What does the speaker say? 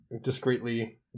discreetly